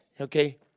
Okay